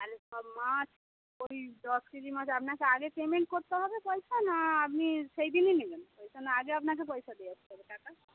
মাছ ওই দশ কেজি মাছ আপনাকে আগে পেমেন্ট করতে হবে পয়সা না আপনি সেই দিনই নেবেন আগে আপনাকে পয়সা দিয়ে আসবে টাকা